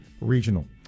Regional